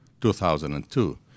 2002